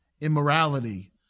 immorality